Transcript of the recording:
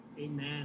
Amen